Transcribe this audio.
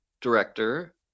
director